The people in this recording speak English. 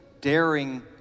daring